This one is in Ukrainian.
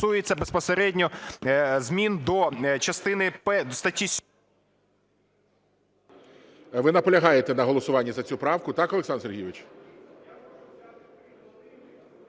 Ви наполягаєте на голосуванні за цю правку, так, Олександр Сергійович?